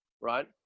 right